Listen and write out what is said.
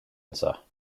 anseo